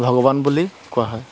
ভগৱান বুলি কোৱা হয়